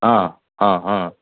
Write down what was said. हँ हँ हँ